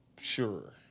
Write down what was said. Sure